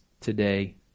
today